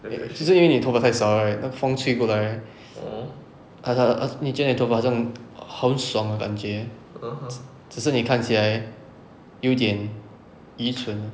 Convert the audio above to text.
eh 就是因为你头发太少 right 那风吹过来 right err err err 你觉得你头发好像好爽的感觉只只是你看起来有一点愚蠢